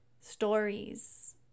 stories